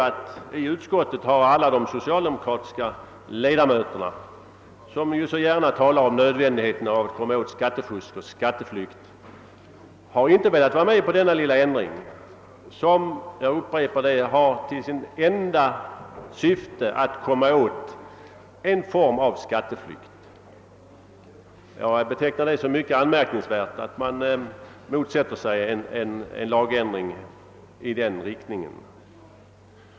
Det intressanta är att de socialdemokratiska ledamöterna i utskottet, som så gärna talar om nödvändigheten av att komma åt skattefusk och skatteflykt, inte har velat gå med på denna lilla ändring, som — jag upprepar det — har till enda syfte att komma åt en form av skatteflykt. Jag vill beteckna det som mycket anmärkningsvärt att man motsätter sig en lagändring i den riktningen.